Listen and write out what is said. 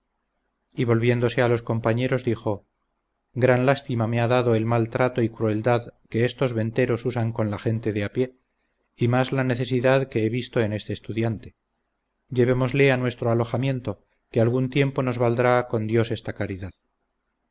y volviéndose a los compañeros dijo gran lástima me ha dado el mal trato y crueldad de que estos venteros usan con la gente de a pie y más la necesidad que he visto en este estudiante llevémosle a nuestro alojamiento que algún tiempo nos valdrá con dios esta caridad